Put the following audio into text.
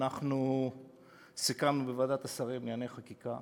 אנחנו סיכמנו בוועדת השרים לענייני חקיקה